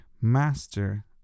master